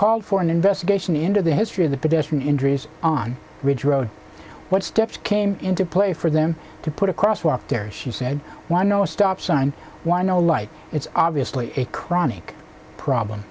called for an investigation into the history of the pedestrian injuries on ridge road what steps came into play for them to put across why are there she said why no stop sign why no like it's obviously a chronic problem